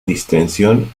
distensión